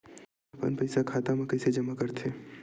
अपन पईसा खाता मा कइसे जमा कर थे?